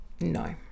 No